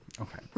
Okay